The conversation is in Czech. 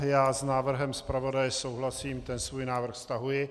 Já s návrhem zpravodaje souhlasím, ten svůj návrh stahuji.